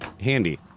handy